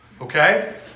Okay